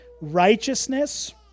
righteousness